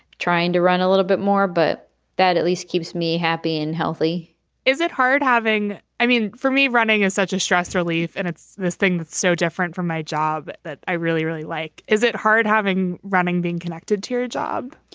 trying to run a little bit more, but that at least keeps me happy and healthy is it hard having. i mean, for me running in such a stress relief and it's this thing is so different from my job that i really, really like. is it hard having running, being connected to your job?